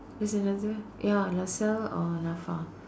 there's another ya Lasalle or Nafa